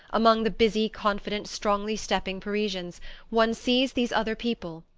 among the busy confident strongly-stepping parisians one sees these other people,